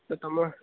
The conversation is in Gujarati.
તો તમે